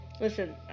Listen